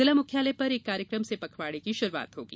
जिला मुख्यालय पर एक कार्यक्रम से पखवाड़े की श्रूआत होगी